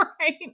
right